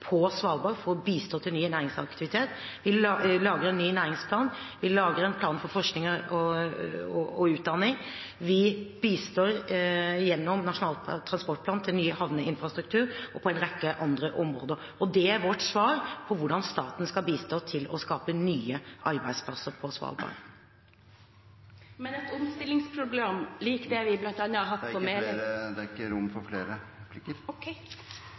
på Svalbard for å bidra til ny næringsaktivitet. Vi lager en ny næringsplan, vi lager en plan for forskning og utdanning. Vi bistår gjennom Nasjonal transportplan med ny havneinfrastruktur – og på en rekke andre områder. Det er vårt svar på hvordan staten skal bistå med å skape nye arbeidsplasser på Svalbard. De talere som heretter får ordet, har en taletid på inntil 3 minutter. Eg har